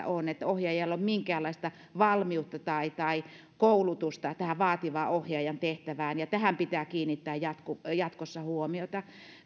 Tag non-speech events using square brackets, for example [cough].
[unintelligible] on niin että ohjaajalla minkäänlaista valmiutta tai tai koulutusta tähän vaativaan ohjaajan tehtävään tähän pitää kiinnittää jatkossa huomiota